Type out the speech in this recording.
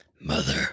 Mother